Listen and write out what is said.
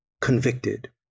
convicted